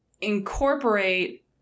incorporate